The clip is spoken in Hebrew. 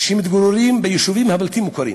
שמתגוררים ביישובים הבלתי-מוכרים,